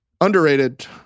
Underrated